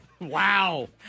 Wow